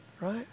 right